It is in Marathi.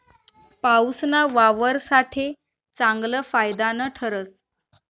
पाऊसना वावर साठे चांगलं फायदानं ठरस